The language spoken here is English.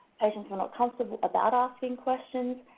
patients were not comfortable about asking questions,